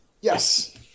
Yes